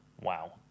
wow